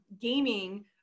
gaming